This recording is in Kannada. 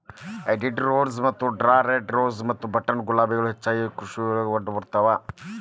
ಎಡ್ವರ್ಡ್ ರೋಸ್ ಮತ್ತ ಆಂಡ್ರಾ ರೆಡ್ ರೋಸ್ ಮತ್ತ ಬಟನ್ ಗುಲಾಬಿಗಳು ಹೆಚ್ಚಾಗಿ ಕೃಷಿಯೊಳಗ ಕಂಡಬರ್ತಾವ